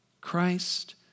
Christ